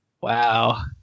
wow